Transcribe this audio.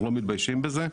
אנחנו לא מתביישים בזה,